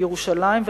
בירושלים,